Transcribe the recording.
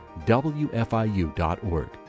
WFIU.org